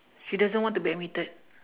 she doesn't want to admitted